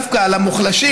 דווקא על המוחלשים,